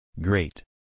Great